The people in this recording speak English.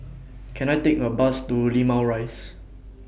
Can I Take A Bus to Limau Rise